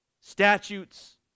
statutes